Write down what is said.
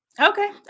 Okay